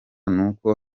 nuko